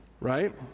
Right